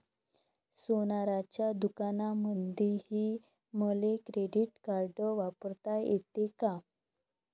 सोनाराच्या दुकानामंधीही मले क्रेडिट कार्ड वापरता येते का?